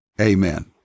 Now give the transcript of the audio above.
Amen